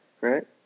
right